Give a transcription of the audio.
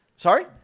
Sorry